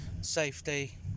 safety